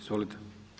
Izvolite.